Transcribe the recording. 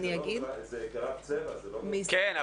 זה גרף צבע --- כן,